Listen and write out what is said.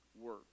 work